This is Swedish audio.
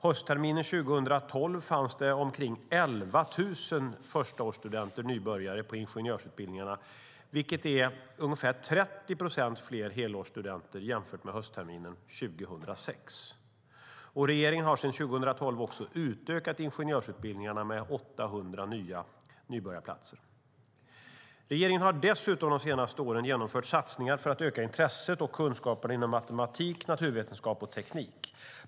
Höstterminen 2012 fanns det omkring 11 000 förstaårsstudenter, nybörjare, på ingenjörsutbildningarna, vilket är ungefär 30 procent fler helårsstudenter jämfört med höstterminen 2006. Regeringen har sedan 2012 också utökat ingenjörsutbildningarna med 800 nybörjarplatser. Regeringen har dessutom de senaste åren genomfört satsningar för att öka intresset för och kunskaperna inom matematik, naturvetenskap och teknik.